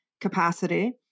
capacity